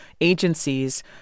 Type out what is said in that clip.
agencies